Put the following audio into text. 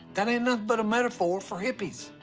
that ain't nothing but a metaphor for hippies.